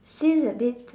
seems a bit